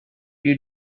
you